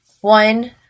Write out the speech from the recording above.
One